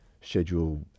Schedule